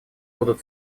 будут